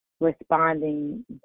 responding